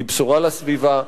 היא בשורה לסביבה,